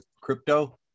crypto